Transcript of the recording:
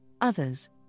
others